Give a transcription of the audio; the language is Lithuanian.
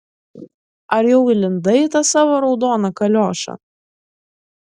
ar jau įlindai į tą savo raudoną kaliošą